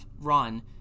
run